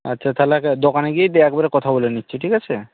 আচ্ছা তাহলে দোকানে গিয়েই দিয়ে একেবারে কথা বলে নিচ্ছি ঠিক আছে